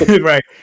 Right